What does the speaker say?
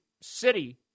city